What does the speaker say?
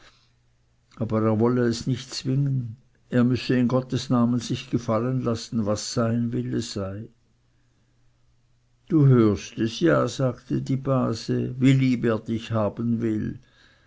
aber er wolle es nicht zwingen er müsse in gottes namen sich gefallen lassen was sein wille sei du hörst es ja sagte die base wie lieb er dich haben will